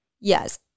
Yes